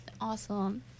Awesome